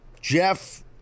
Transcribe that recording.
Jeff